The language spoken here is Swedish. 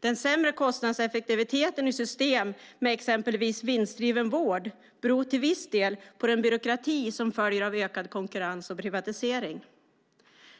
Den sämre kostnadseffektiviteten i system med exempelvis vinstdriven vård beror till viss del på den byråkrati som följer av ökad konkurrens och privatisering.